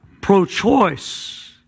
pro-choice